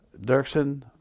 Dirksen